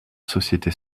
société